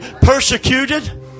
Persecuted